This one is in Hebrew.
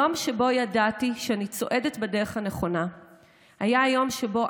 היום שבו ידעתי שאני צועדת בדרך הנכונה היה היום שבו